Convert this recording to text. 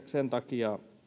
sen takia